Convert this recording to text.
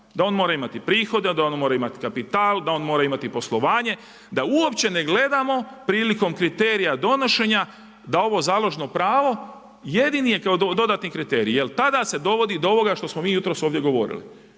Da on mora imati prihode, da on mora imati kapital, da on mora imati poslovanje, da uopće ne gledamo prilikom kriterija donošenja, da ovo založno pravo jedini je kao dodatni kriterij. Jer tada se dovodi do ovoga što smo mi jutros ovdje govorili.